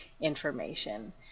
information